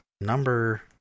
Number